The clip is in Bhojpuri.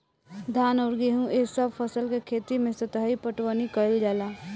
धान अउर गेंहू ए सभ फसल के खेती मे सतही पटवनी कइल जाला